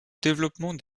développement